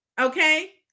okay